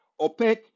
OPEC